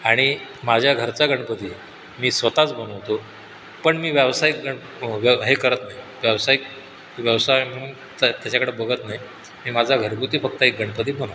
आणि माझ्या घरचा गणपती मी स्वत च बनवतो पण मी व्यावसायिक गण हे करत नाही व्यावसायिक व्यवसाय म्हणून त्या त्याच्याकडे बघत नाही मी माझा घरगुती फक्त एक गणपती बनवतो